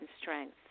strength